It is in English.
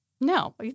no